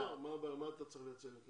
אז מה אתה צריך לייצג אותם?